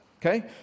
Okay